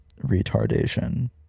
retardation